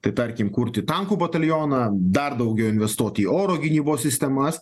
tai tarkim kurti tankų batalioną dar daugiau investuot į oro gynybos sistemas